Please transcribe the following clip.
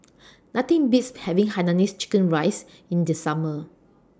Nothing Beats having Hainanese Curry Rice in The Summer